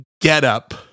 getup